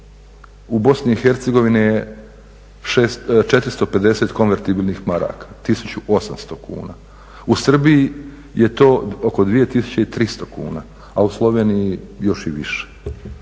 U Bosni i Hercegovini je 450 konvertibilnih maraka, 1800 kuna, u Srbiji je to oko 2300 kuna a u Sloveniji još i više.